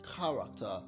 character